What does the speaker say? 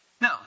No